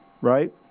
right